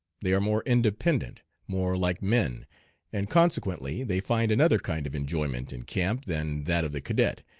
they are more independent more like men and consequently they find another kind of enjoyment in camp than that of the cadet.